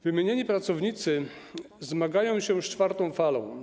Wymienieni pracownicy zmagają się z czwartą falą.